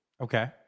Okay